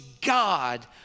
God